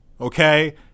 okay